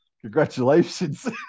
congratulations